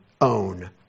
own